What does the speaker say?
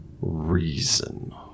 reason